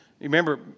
Remember